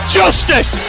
justice